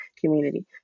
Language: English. community